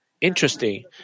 interesting